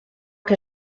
que